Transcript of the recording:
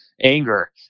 anger